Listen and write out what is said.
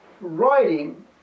writing